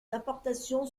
d’importation